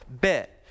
bit